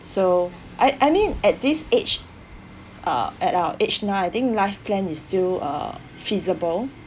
so I I mean at this age uh at our age now I think life plan is still uh feasible